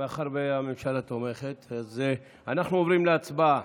מאחר שהממשלה תומכת, אנחנו עוברים להצבעה.